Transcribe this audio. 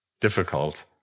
difficult